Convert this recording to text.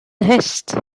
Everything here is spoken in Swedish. häst